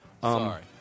Sorry